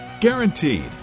Guaranteed